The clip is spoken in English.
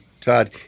Todd